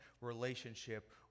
relationship